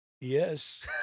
Yes